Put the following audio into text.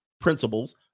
principles